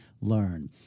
learn